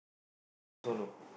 why you so noob